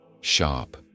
sharp